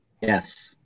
Yes